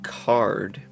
card